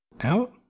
out